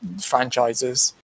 franchises